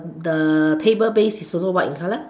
the table base is also white in color